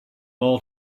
all